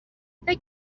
فکر